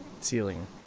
ceiling